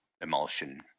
emulsion